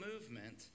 movement